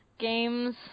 Games